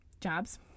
jobs